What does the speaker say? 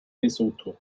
lesotho